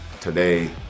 Today